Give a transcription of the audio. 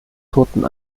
toten